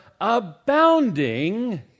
abounding